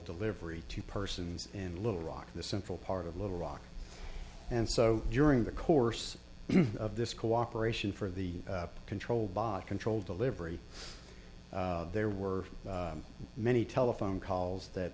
delivery to persons in little rock the central part of little rock and so during the course of this cooperation for the control box controlled delivery there were many telephone calls that